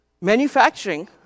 Manufacturing